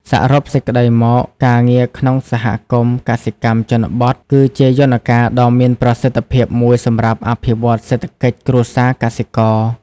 សរុបសេចក្តីមក ការងារក្នុងសហគមន៍កសិកម្មជនបទគឺជាយន្តការដ៏មានប្រសិទ្ធភាពមួយសម្រាប់អភិវឌ្ឍសេដ្ឋកិច្ចគ្រួសារកសិករ។